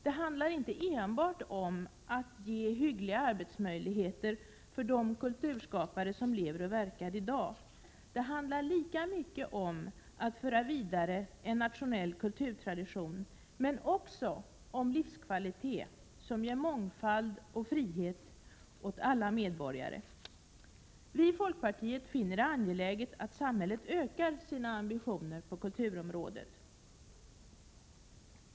Det handlar inte enbart om att ge hyggliga arbetsmöjligheter för de kulturskapare som lever och verkar i dag. Det handlar lika mycket om att föra vidare en nationell kulturtradition. Men det handlar också om livskvalitet som ger mångfald och frihet åt alla medborgare. Vi i folkpartiet finner det angeläget att samhället ökar sina ambitioner på kulturområdet.